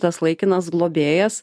tas laikinas globėjas